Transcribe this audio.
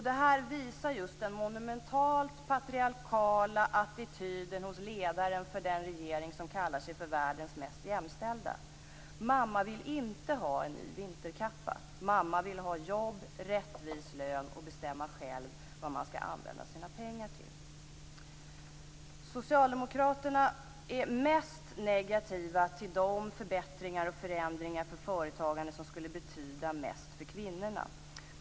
Det här visar just den monumentalt patriarkala attityden hos ledaren för den regering som kallar sig för världens mest jämställda. Mamma vill inte ha en ny vinterkappa. Mamma vill ha jobb, rättvis lön och bestämma själv vad hon skall använda sina pengar till. Socialdemokraterna är mest negativa till de förbättringar och förändringar för företagande som skulle betyda mest för kvinnorna.